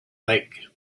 lake